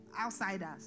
outsiders